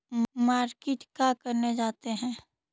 Market का करने जाते हैं?